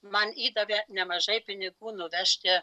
man įdavė nemažai pinigų nuvežti